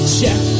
check